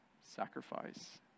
sacrifice